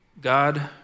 God